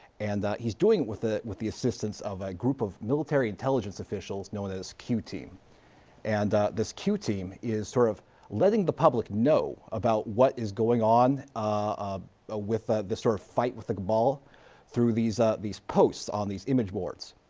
and he's doing it with the, with the assistance of a group of military intelligence officials known as qteam. and this qteam is sort of letting the public know about what is going on ah ah with ah the sort of fight with the cabal through these ah these posts on these image boards.